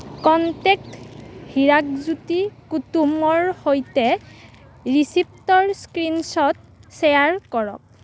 contact Hirakjyoti কুটুমৰ সৈতে ৰিচিপ্টৰ স্ক্ৰীনশ্বট শ্বেয়াৰ কৰক